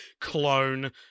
clone